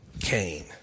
Cain